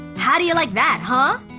how do you like that, huh?